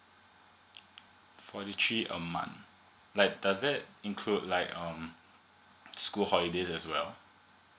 forty three a month like does that include like um school holidays as well